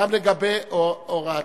גם לגבי הוראתו.